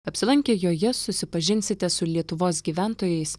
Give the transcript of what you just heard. apsilankę joje susipažinsite su lietuvos gyventojais